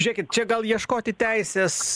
žėkit čia gal ieškoti teisės